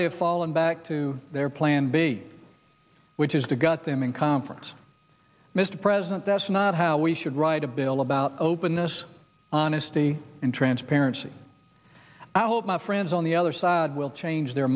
have fallen back to their plan b which is the got them in conference mr president that's not how we should write a bill about openness honesty and transparency i hope my friends on the other side will change their